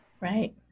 Right